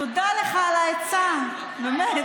תודה לך על העצה, באמת.